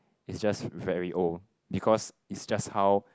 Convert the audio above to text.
is just very old because is just how